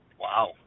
Wow